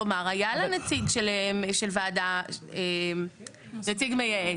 כלומר, היה לה נציג של וועדה, נציג נייעץ.